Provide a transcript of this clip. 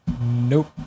Nope